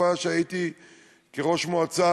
בתקופה שהייתי ראש מועצה,